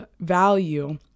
value